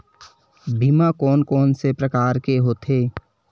बीमा कोन कोन से प्रकार के होथे?